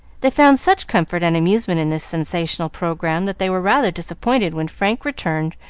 they found such comfort and amusement in this sensational programme that they were rather disappointed when frank returned,